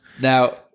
now